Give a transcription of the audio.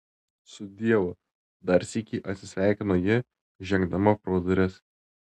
sudieu dar sykį atsisveikino ji žengdama pro duris